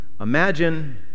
Imagine